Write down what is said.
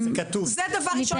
זה דבר אחד.